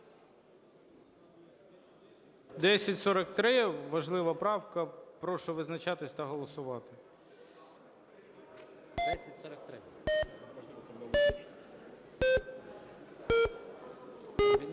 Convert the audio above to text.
1043, важлива правка. Прошу визначатись та голосувати. 14:06:32